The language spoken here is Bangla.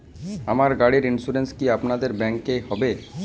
আমার গাড়ির ইন্সুরেন্স কি আপনাদের ব্যাংক এ হবে?